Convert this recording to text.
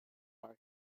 far